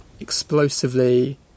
explosively